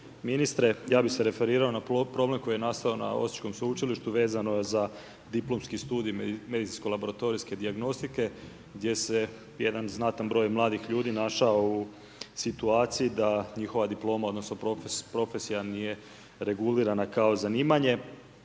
ministre, ja bih se referirao na problem koji je nastao na Osječkom sveučilištu vezano je za Diplomski studij medicinsko-laboratorijske dijagnostike gdje se jedan znatan broj mladih ljudi našao u situaciji da njihova diploma odnosno profesija nije regulirana kao zanimanje.